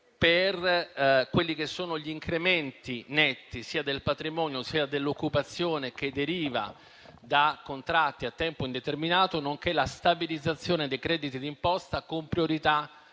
per gli incrementi netti sia del patrimonio, sia dell'occupazione che deriva da contratti a tempo indeterminato, nonché la stabilizzazione dei crediti di imposta con priorità